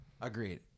Agreed